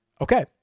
Okay